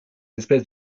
espèces